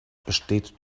besteht